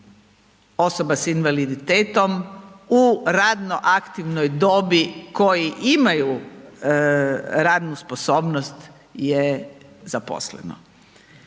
osoba s invaliditetom u radno aktivnoj dobi, koji imaju radnu sposobnost je zaposleno.